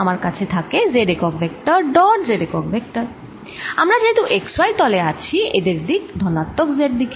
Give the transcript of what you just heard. আমার কাছে থাকে z একক ভেক্টর ডট z একক ভেক্টর আমরা যেহেতু x y তলে আছি এদের দিক ধনাত্মক z দিকে